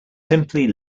simply